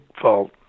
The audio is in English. fault